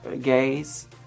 Gays